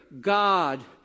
God